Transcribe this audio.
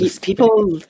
People